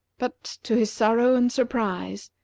but, to his sorrow and surprise,